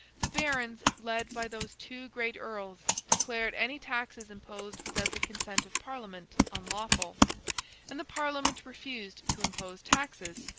the barons, led by those two great earls, declared any taxes imposed without the consent of parliament, unlawful and the parliament refused to impose taxes,